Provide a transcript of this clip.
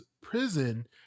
prison